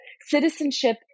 citizenship